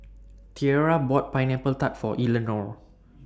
Tierra bought Pineapple Tart For Eleanore